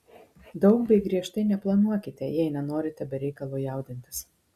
daug bei griežtai neplanuokite jei nenorite be reikalo jaudintis